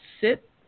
Sit